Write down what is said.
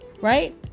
Right